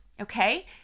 okay